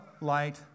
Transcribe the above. light